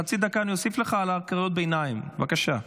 חצי דקה אני אוסיף לך על קריאות הביניים, בבקשה.